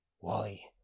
Wally